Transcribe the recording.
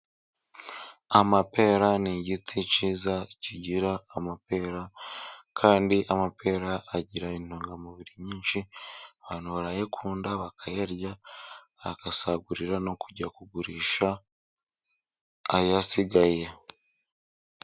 Amapera ni igiti cyiza kigira amapera. Kandi amapera agira intungamubiri nyinshi, abantu barayakunda bakayarya, bagasagurira no kujya kugurisha ayasigaye.